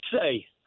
say